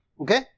Okay